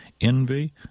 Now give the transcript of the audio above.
envy